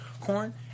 corn